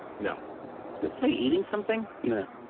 no is it somebody eating something? no.